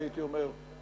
הייתי אומר,